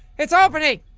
it's opening.